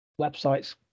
websites